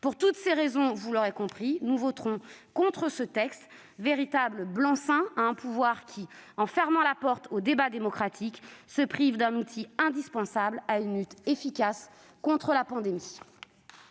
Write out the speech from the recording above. Pour toutes ces raisons, vous l'aurez compris, nous voterons contre ce texte, véritable blanc-seing accordé à un pouvoir, qui, en fermant la porte au débat démocratique, se prive d'un outil indispensable à une lutte efficace contre la pandémie.